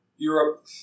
Europe